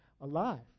alive